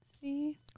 See